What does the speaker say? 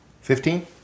Fifteen